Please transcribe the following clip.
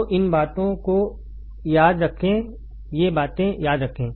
तो इन बातों को याद रखें ये बातें याद रखें